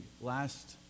last